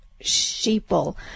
Sheeple